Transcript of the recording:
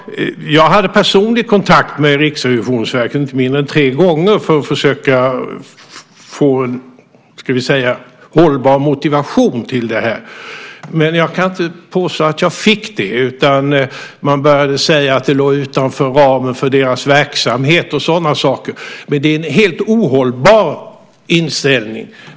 Fru talman! Jag hade personlig kontakt med Riksrevisionen inte mindre än tre gånger för att försöka få en hållbar motivation till det här. Men jag kan inte påstå att jag fick det. Man började säga att det låg utanför ramen för deras verksamhet och sådana saker. Det är en helt ohållbar inställning.